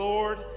Lord